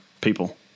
people